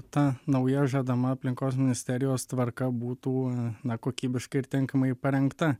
ta nauja žadama aplinkos ministerijos tvarka būtų na kokybiškai ir tinkamai parengta